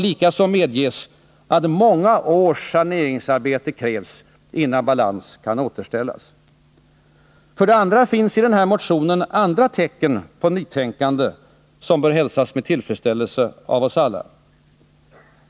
Likaså medges att många års saneringsarbete krävs innan balans kan återställas. För det andra finns i motionen även andra tecken på ett nytänkande som bör hälsas med tillfredsställelse av oss alla.